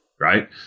right